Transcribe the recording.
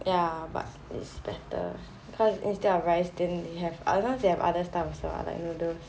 ya but it's better because instead of rice then they have I don't know how to say they have other stuff also like noodles